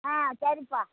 ஆ சரிப்பா